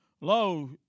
Lo